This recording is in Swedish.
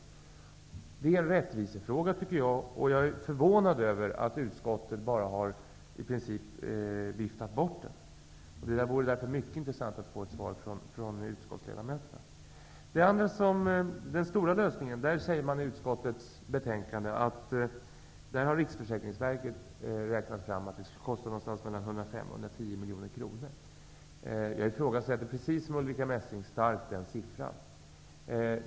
Jag tycker att det här är en rättvisefråga, och jag är förvånad över att utskottet i princip bara har viftat bort frågan. Det vore därför mycket intressant att få ett svar från utskottsledamöterna. I utskottets betänkande sägs det att Riksförsäkringsverket räknat fram att det skulle kosta mellan 105 till 110 miljoner kronor. Precis som Ulrica Messing, ifrågasätter jag starkt den siffran.